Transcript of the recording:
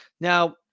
Now